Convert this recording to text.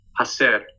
hacer